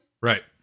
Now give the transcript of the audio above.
Right